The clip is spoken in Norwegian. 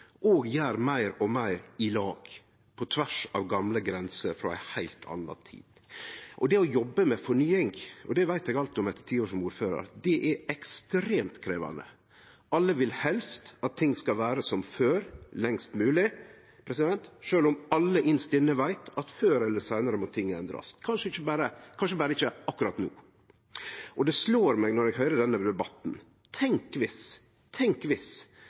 og gjer meir og meir i lag, på tvers av gamle grenser frå ei heilt anna tid. Det å jobbe med fornying – og det veit eg alt om etter ti år som ordførar – er ekstremt krevjande. Alle vil helst at ting skal vere som før, lengst mogleg, sjølv om alle inst inne veit at før eller seinare må ting endrast – kanskje berre ikkje akkurat no. Det slår meg når eg høyrer denne debatten: Tenk